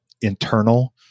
internal